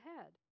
ahead